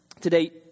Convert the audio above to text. today